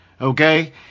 Okay